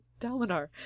Dalinar